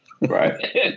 Right